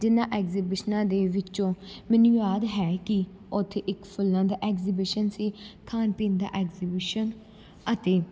ਜਿਨ੍ਹਾਂ ਐਗਜੀਬਿਸ਼ਨਾਂ ਦੇ ਵਿੱਚੋਂ ਮੈਨੂੰ ਯਾਦ ਹੈ ਕਿ ਉੱਥੇ ਇੱਕ ਫੁੱਲਾਂ ਦਾ ਐਗਜੀਬਿਸ਼ਨ ਸੀ ਖਾਣ ਪੀਣ ਦਾ ਐਗਜੀਬਿਸ਼ਨ ਅਤੇ